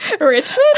Richmond